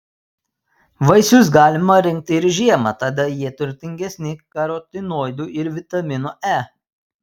vaisius galima rinkti ir žiemą tada jie turtingesni karotinoidų ir vitamino e